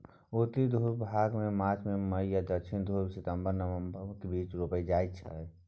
उत्तरी ध्रुबमे भांग मार्च सँ मई आ दक्षिणी ध्रुबमे सितंबर सँ नबंबरक बीच रोपल जाइ छै